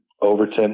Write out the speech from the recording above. Overton